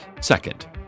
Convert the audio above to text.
Second